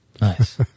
Nice